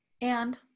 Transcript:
And-